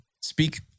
speak